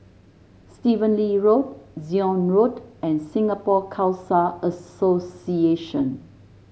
Stephen Lee Road Zion Road and Singapore Khalsa Association